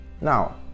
now